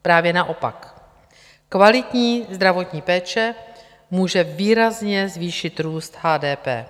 Právě naopak, kvalitní zdravotní péče může výrazně zvýšit růst HDP.